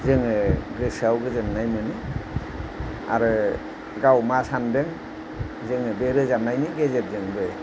जोङो गोसोआव गोजोन्नाय मोनो आरो गाव मा सानदों जोङो बे रोजाबनायनि गेजेरजोंबो